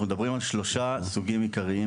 אנחנו מדברים על שלושה סוגים עיקריים